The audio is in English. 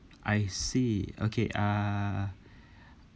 I see okay uh